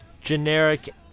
generic